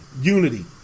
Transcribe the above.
unity